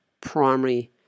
primary